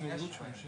קודם כל אני ממש ממש